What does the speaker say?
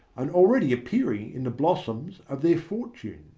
and already appearing in the blossoms of their fortune.